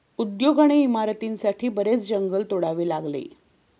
उद्योग आणि इमारतींसाठी बरेच जंगल तोडावे लागले